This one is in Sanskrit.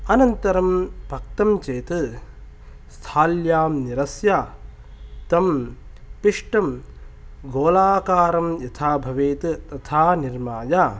अनन्तरं पक्तं चेत् स्थाल्यां निरस्य तं पिष्टं गोलाकारं यथा भवेत् तथा निर्माय